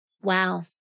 wow